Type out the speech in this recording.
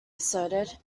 asserted